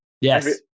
Yes